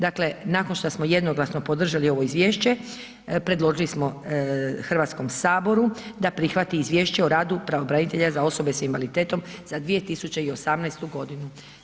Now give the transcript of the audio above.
Dakle, nakon šta smo jednoglasno podržali ovo izvješće predložili smo Hrvatskom saboru da prihvati izvješće o radu pravobranitelja za osobe s invaliditetom za 2018. godinu.